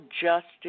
justice